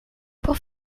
pour